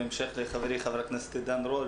בהמשך לדברי חברי חבר הכנסת עידן רול,